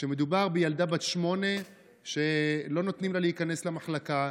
מדובר בילדה בת שמונה שלא נותנים לה להיכנס למחלקה,